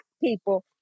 people